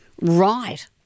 Right